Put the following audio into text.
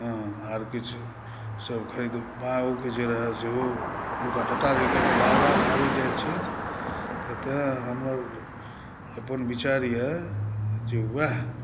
हँ आर किछु सभ खरीदबाओके रहै सेहो हुनका पता रहै कियाकि ओ बार बार आबैत जाइत छथि फेर तऽ हमर अपन विचार अइ जे वएह